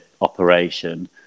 operation